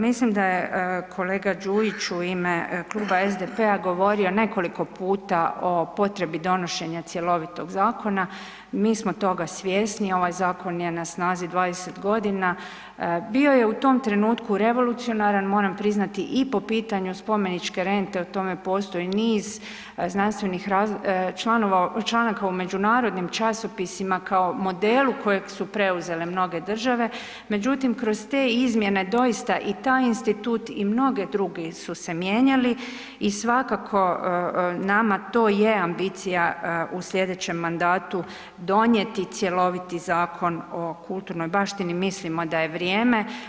Mislim da je kolega Đujić u ime Kluba SDP-a govorio nekoliko puta o potrebi donošenja cjelovitog zakona, mi smo toga svjesni, ovaj zakon je na snazi 20 godina, bio je u tom trenutku revolucionaran, moramo priznati i po pitanju spomeničke rente, o tome postoji niz znanstvenih članaka u međunarodnim časopisima kao modelu kojeg su preuzele mnoge države, međutim kroz te izmjene doista i taj institut i mnogi drugi su se mijenjali i svakako nama to je ambicija u sljedećem mandatu donijeti cjeloviti Zakon o kulturnoj baštini, mislimo da je vrijeme.